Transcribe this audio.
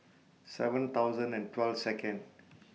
seven thousand and twelve Second